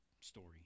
story